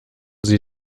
sie